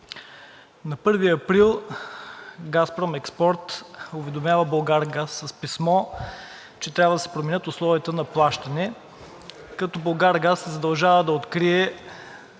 На 1 април „Газпром Експорт“ уведомява „Булгаргаз“ с писмо, че трябва да се променят условията на плащане, като „Булгаргаз“ се задължава да открие